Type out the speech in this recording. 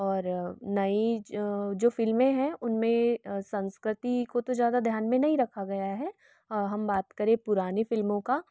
ओर नई जो फ़िल्में है उनमें संस्क्रति को तो ज़्यादा ध्यान में नहीं रखा गया है हम बात करें पुरानी फ़िल्मों का